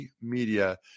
Media